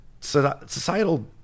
societal